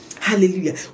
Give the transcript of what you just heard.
Hallelujah